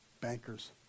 bankers